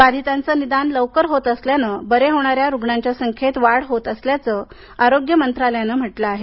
बाधितांचं निदान लवकर होत असल्यानं बरे होणाऱ्या रुग्णांच्या संख्येत वाढ होत असल्याचं आरोग्य मंत्रालायानं म्हटलं आहे